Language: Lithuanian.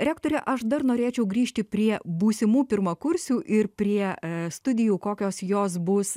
rektore aš dar norėčiau grįžti prie būsimų pirmakursių ir prie studijų kokios jos bus